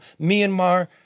Myanmar